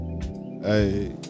Hey